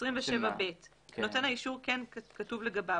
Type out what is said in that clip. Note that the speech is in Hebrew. בסעיף 27ב. נותן האישור, כן כתוב לגביו.